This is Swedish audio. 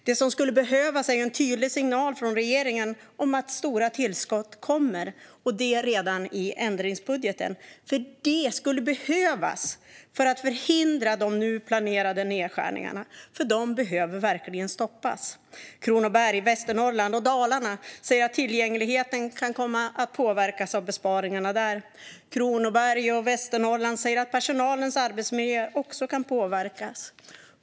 Det som skulle behövas är en tydlig signal från regeringen om att stora tillskott kommer, och det redan i ändringsbudgeten. Detta skulle behövas för att förhindra de nu planerade nedskärningarna, för de behöver verkligen stoppas. Kronoberg, Västernorrland och Dalarna säger att tillgängligheten kan komma att påverkas av besparingarna där. Kronoberg och Västernorrland säger att personalens arbetsmiljö också kan påverkas.